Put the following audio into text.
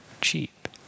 cheap